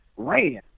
ran